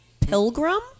pilgrim